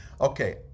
Okay